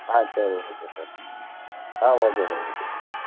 ஆ சரி okay sir ஆ okay sir okay sir